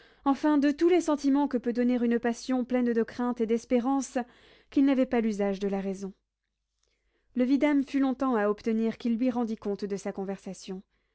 enfin de tous les sentiments que peut donner une passion pleine de crainte et d'espérance qu'il n'avait pas l'usage de la raison le vidame fut longtemps à obtenir qu'il lui rendit compte de sa conversation